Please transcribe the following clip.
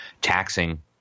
taxing